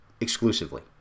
exclusively